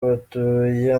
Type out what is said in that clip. batuye